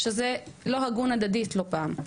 שזה לא הגון הדדית לא פעם.